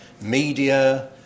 media